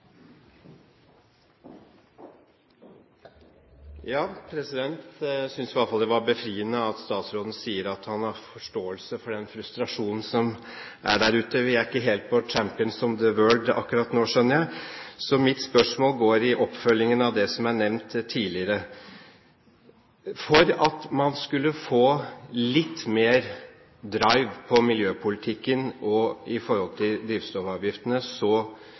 Jeg synes i hvert fall det var befriende at statsråden sier at han har forståelse for den frustrasjonen som er der ute. Vi er ikke helt «champions of the world» akkurat nå, skjønner jeg. Så mitt spørsmål er en oppfølging av det som er nevnt tidligere. For at man skulle få litt mer «drive» på miljøpolitikken, også i forhold til drivstoffavgiftene,